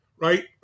right